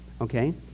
okay